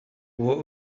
what